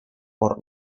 por